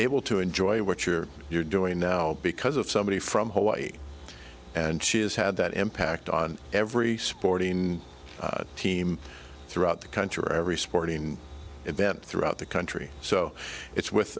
able to enjoy what you're doing now because of somebody from hawaii and she has had that impact on every sporting team throughout the country or every sporting event throughout the country so it's with